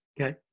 Okay